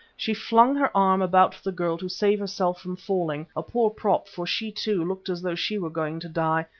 she flung her arm about the girl to save herself from falling a poor prop, for she, too, looked as though she were going to die,